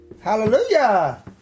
Hallelujah